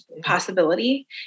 possibility